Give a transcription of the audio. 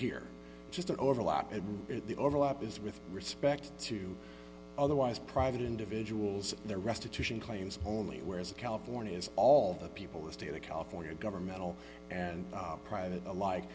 here just overlap at the overlap is with respect to otherwise private individuals their restitution claims only whereas california is all the people the state of california governmental and private al